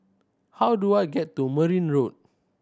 how do I get to Merryn Road